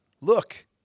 Look